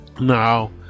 Now